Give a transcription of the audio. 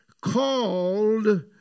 Called